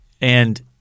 And-